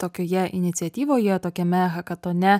tokioje iniciatyvoje tokiame hakatone